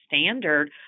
standard